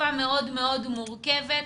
תקופה מאוד מאוד מורכבת.